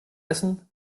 essen